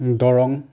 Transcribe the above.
Darrang